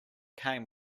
came